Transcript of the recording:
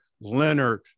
Leonard